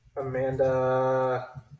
Amanda